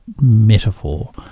metaphor